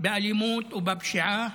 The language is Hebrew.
באלימות ובפשיעה